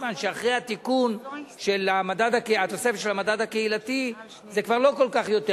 מכיוון שאחרי התיקון של התוספת של המדד הקהילתי זה כבר לא כל כך יותר,